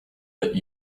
that